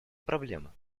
проблема